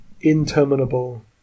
interminable